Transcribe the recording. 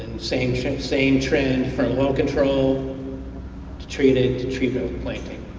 same trend same trend from oil control to treated to treated with planting.